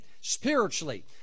spiritually